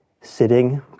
sitting